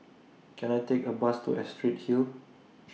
Can I Take A Bus to Astrid Hill